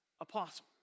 apostle